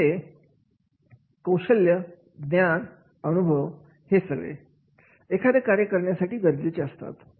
पुढे आहे कौशल्य ज्ञान अनुभव हे सगळे एखादा कार्य करण्यासाठी गरजेचे असतात